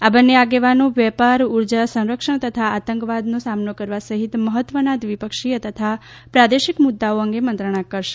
આ બન્ને આગેવાનો વેપાર ઉર્જા સંરક્ષણ તથા આતંકવાદનો સામનો કરવા સહિત મહત્વના દ્વિપક્ષીય તથા પ્રાદેશિક મુદ્દાઓ અંગે મંત્રણા કરશે